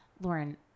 Lauren